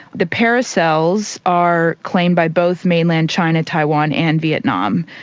the paracels are claimed by both mainland china, taiwan and vietnam,